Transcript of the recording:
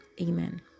Amen